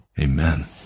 Amen